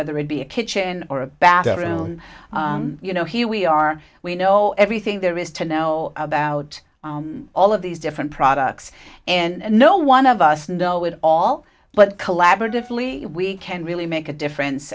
whether it be a kitchen or a bathroom you know here we are we know everything there is to know about all of these different products and no one of us know it all but collaboratively we can really make a difference